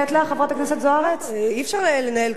אי-אפשר לנהל ככה דיון בהמולה הזאת.